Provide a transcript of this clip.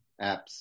apps